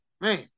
Man